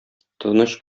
тыныч